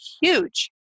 huge